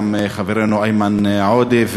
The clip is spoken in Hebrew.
גם חברנו איימן עודה,